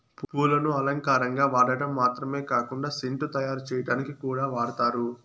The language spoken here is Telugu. పూలను అలంకారంగా వాడటం మాత్రమే కాకుండా సెంటు తయారు చేయటానికి కూడా వాడతారు